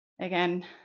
Again